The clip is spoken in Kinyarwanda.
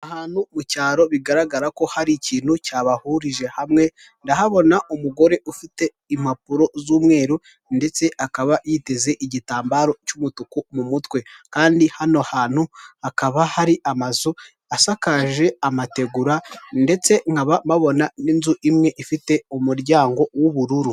Ahantu mu cyaro bigaragara ko hari ikintu cyabahurije hamwe, ndahabona umugore ufite impapuro z'umweru ndetse akaba yiteze igitambaro cy'umutuku mu mutwe, kandi hano hantu hakaba hari amazu asakaje amategura, ndetse nkaba mpabona n'inzu imwe ifite umuryango w'ubururu.